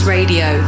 Radio